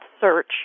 search